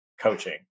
coaching